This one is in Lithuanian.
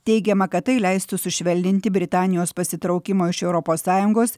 teigiama kad tai leistų sušvelninti britanijos pasitraukimo iš europos sąjungos